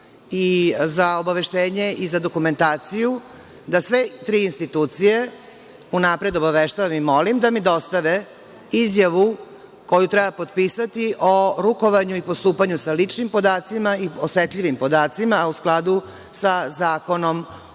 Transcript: i za obaveštenje i za dokumentaciju, da sve tri institucije unapred obaveštavam i molim da mi dostave izjavu koju treba potpisati o rukovanju i postupanju sa ličnim podacima i osetljivim podacima, a u skladu sa Zakonom